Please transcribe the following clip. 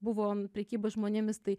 buvo prekyba žmonėmis tai